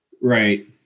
Right